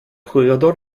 jugador